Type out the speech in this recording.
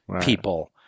people